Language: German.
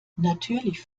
natürlich